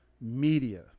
Media